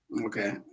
Okay